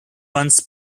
runs